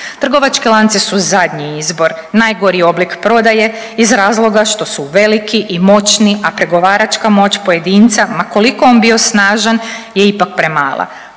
Trgovački lanci su zadnji izbor, najgori oblik prodaje iz razloga što su veliki i moćni, a pregovaračka moć pojedinca ma koliko on bio snažan je ipak premala.